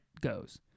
goes